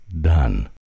done